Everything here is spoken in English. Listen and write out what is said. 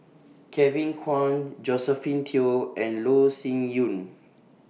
Kevin Kwan Josephine Teo and Loh Sin Yun